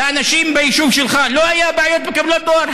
לאנשים ביישוב שלך לא הייתה בעיה בקבלת דואר?